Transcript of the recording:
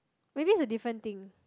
maybe it's a different thing